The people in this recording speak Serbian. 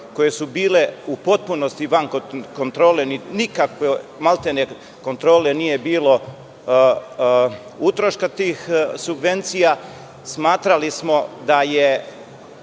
koje su bile u potpunosti nikakve, maltene kontrole nije bilo, utroška tih subvencija. Smatrali smo da je